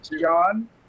John